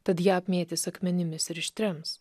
tad ją apmėtys akmenimis ir ištrems